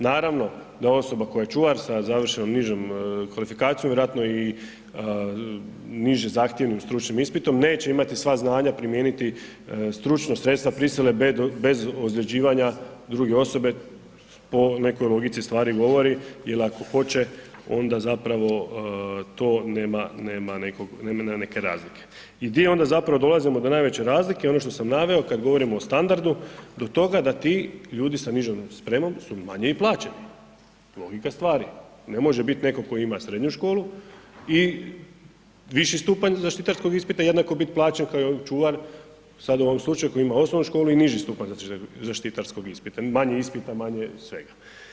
Naravno da osoba koja je čuvar sa završenom nižom kvalifikacijom vjerojatno i nižim zahtjevnim stručnim ispitom neće imati sva znanja primijeniti stručno sredstva prisile bez ozljeđivanja druge osobe po nekoj logici stvari govori jel ako hoće onda zapravo to nema, nema nekog, nema neke razlike i di onda zapravo dolazimo do najveće razlike, ono što sam naveo kad govorimo o standardu do toga da ti ljudi sa nižom spremom su manje i plaćeni, logika stvari, ne može bit neko ko ima srednju školu i viši stupanj zaštitarskog ispita jednako bit plaćen kao i ovaj čuvar, sad u ovom slučaju koji ima osnovnu školu i niži stupanj zaštitarskog ispita, manje ispita, manje svega.